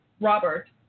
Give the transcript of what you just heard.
Robert